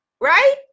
right